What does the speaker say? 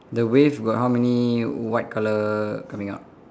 the waves got how many white color coming out